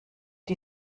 die